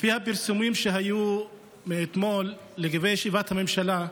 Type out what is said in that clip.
לפי הפרסומים שהיו מאתמול לגבי ישיבת הממשלה,